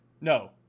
no